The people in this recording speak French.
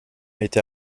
été